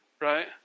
Right